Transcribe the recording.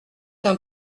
d’un